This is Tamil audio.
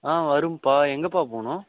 ஆ வரும்ப்பா எங்கேப்பா போகணும்